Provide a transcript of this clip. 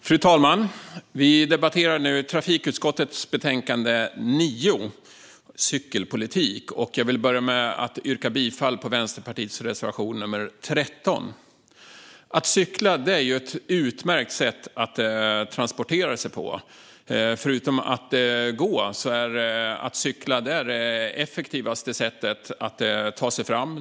Fru talman! Vi debatterar nu trafikutskottets betänkande 9 om cykelfrågor. Jag vill börja med att yrka bifall till Vänsterpartiets reservation 13. Att cykla är ett utmärkt sätt att transportera sig på. Förutom att gå är att cykla det effektivaste sättet att ta sig fram.